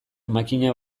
makina